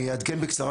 אני אעדכן בקצרה,